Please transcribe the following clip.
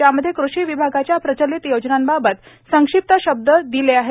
ज्यामध्ये कृषी विभागाच्या प्रचलित योजनांबाबत संक्षिप्त शब्द दिले आहेत